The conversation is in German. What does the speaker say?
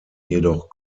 jedoch